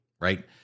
right